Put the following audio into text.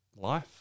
life